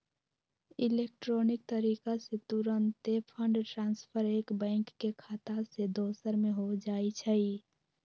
electronic तरीका से तूरंते फंड ट्रांसफर एक बैंक के खता से दोसर में हो जाइ छइ